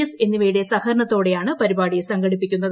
S എന്നിവയുടെ സഹകരണത്തോടെയാണ് പരിപാടി സംഘടിപ്പിക്കുന്നത്